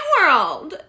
world